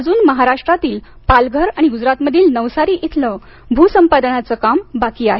अजून महाराष्ट्रातील पालघर आणि गुजरातमधील नवसारी इथलं भू संपादनाचे काम बाकी आहे